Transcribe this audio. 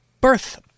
birth